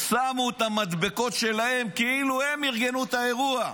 שמו את המדבקות שלהם, כאילו הם ארגנו את האירוע,